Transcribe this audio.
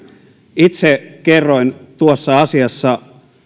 itse kerroin tuossa asiassa